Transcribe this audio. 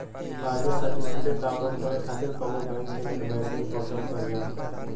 deposit certificate download करे खातिर कउनो बैंक के नेट बैंकिंग पोर्टल पर जा